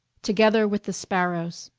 together with the sparrows